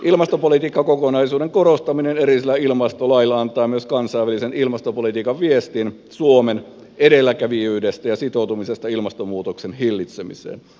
ilmastopolitiikkakokonaisuuden korostaminen erillisellä ilmastolailla antaa myös kansainväliseen ilmastopolitiikkaan viestin suomen edelläkävijyydestä ja sitoutumisesta ilmastonmuutoksen hillitsemiseen